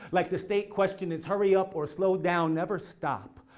like the state question is hurry up or slow down, never stop.